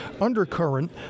undercurrent